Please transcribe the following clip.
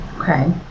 Okay